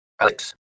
Alex